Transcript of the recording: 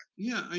yeah,